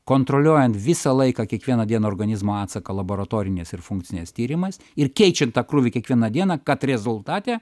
kontroliuojant visą laiką kiekvieną dieną organizmo atsaką laboratoriniais ir funkciniais tyrimas ir keičiant krūvį kiekvieną dieną kad rezultate